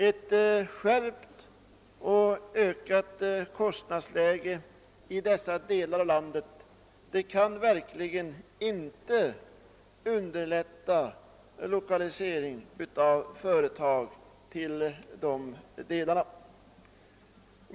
Ett skärpt kostnadsläge i dessa delar av landet kan verkligen inte underlätta lokalisering av företag dit.